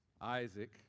Isaac